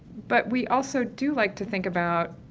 but we also do like to think about,